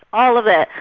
all of that.